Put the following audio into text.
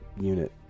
unit